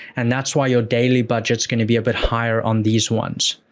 and that's why your daily budget's gonna be a bit higher on these ones.